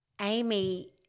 Amy